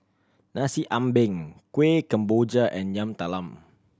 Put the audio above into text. Nasi Ambeng Kueh Kemboja and Yam Talam